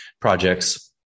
projects